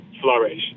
flourish